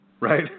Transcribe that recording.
right